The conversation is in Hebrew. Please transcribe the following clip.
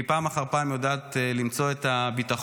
והיא פעם אחר פעם יודעת למצוא את הפתרון,